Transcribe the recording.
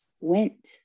went